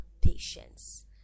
patience